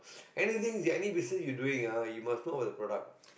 anything any business you are doing ah you must know your product